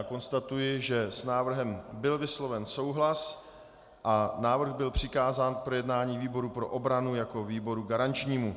Konstatuji, že s návrhem byl vysloven souhlas a návrh byl přikázán k projednání výboru pro obranu jako výboru garančnímu.